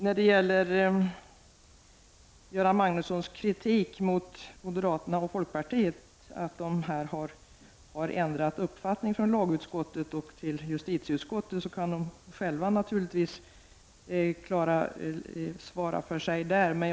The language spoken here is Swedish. När det gäller Göran Magnussons kritik mot moderata samlingspartiet och folkpartiet att de har ändrat uppfattning från lagutskottet till justitieutskottet kan de naturligtvis svara för sig själva.